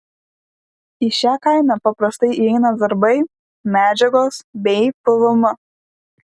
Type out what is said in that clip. į šią kainą paprastai įeina darbai medžiagos bei pvm